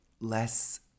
less